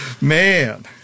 Man